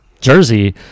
jersey